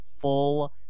full